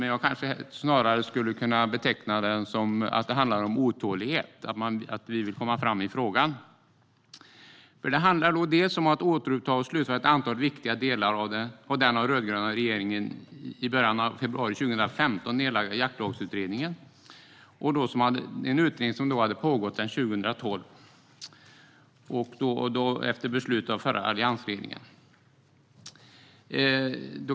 Men jag kanske snarare skulle beteckna det som att det handlar om otålighet, att vi vill komma fram i frågan. Det handlar bland annat om att återuppta och slutföra ett antal viktiga delar av den av den rödgröna regeringen i början av februari 2015 nedlagda Jaktlagsutredningen. Det var en utredning som hade pågått sedan 2012, efter beslut av alliansregeringen.